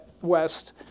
west